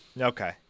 Okay